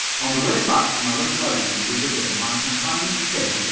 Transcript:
on the way back from a little outing the other day my companion, tim,